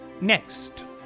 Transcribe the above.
Next